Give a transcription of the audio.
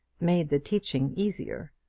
made the teaching easier.